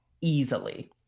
easily